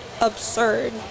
absurd